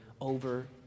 over